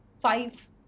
five